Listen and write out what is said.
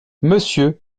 monsieur